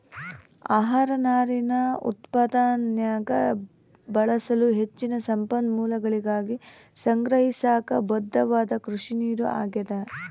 ಆಹಾರ ನಾರಿನ ಉತ್ಪಾದನ್ಯಾಗ ಬಳಸಲು ಹೆಚ್ಚಿನ ಸಂಪನ್ಮೂಲಗಳಿಗಾಗಿ ಸಂಗ್ರಹಿಸಾಕ ಬದ್ಧವಾದ ಕೃಷಿನೀರು ಆಗ್ಯಾದ